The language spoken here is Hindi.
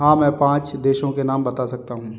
हाँ मैं पाँच देशों के नाम बता सकता हूँ